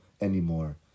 anymore